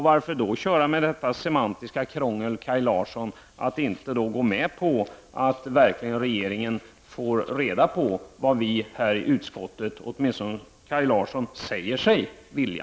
Varför då använda sig av detta semantiska krångel, Kaj Larsson, att inte gå med på att regeringen verkligen får reda på vad vi i utskottet vill och vad Kaj Larsson åtminstone säger sig vilja?